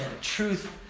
Truth